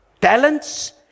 talents